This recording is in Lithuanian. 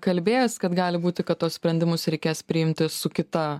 kalbėjęs kad gali būti kad tuos sprendimus reikės priimti su kita